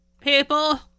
people